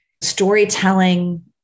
storytelling